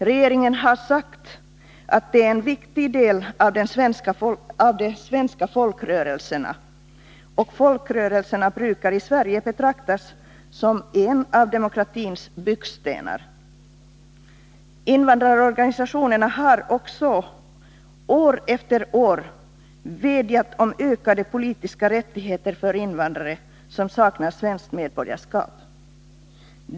Regeringen har sagt att de är en viktig del av de svenska folkrörelserna, och folkrörelserna brukar i Sverige betraktas som en av demokratins byggstenar. Invandrarorganisationerna har också år efter år vädjat om ökade politiska rättigheter för invandrare som saknar svenskt medborgarskap.